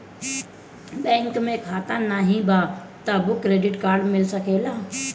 Bank में खाता नाही बा तबो क्रेडिट कार्ड मिल सकेला?